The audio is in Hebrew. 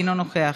אינו נוכח,